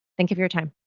thank you for your time.